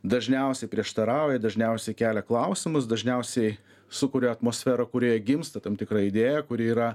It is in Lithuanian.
dažniausiai prieštarauja dažniausiai kelia klausimus dažniausiai sukuria atmosferą kurioje gimsta tam tikra idėja kuri yra